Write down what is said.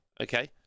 okay